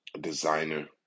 designer